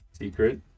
Secret